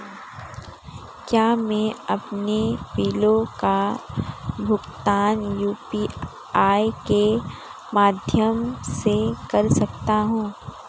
क्या मैं अपने बिलों का भुगतान यू.पी.आई के माध्यम से कर सकता हूँ?